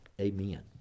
Amen